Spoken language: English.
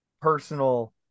personal